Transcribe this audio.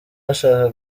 bashaka